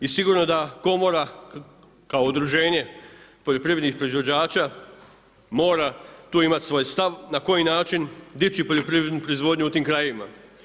I sigurno da komora kao udruženje poljoprivrednih proizvođača mora tu imati svoj stav na koji način dići poljoprivrednu proizvodnju u tim krajevima.